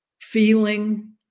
feeling